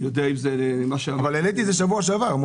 העליתי את זה שבוע שעבר.